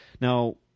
Now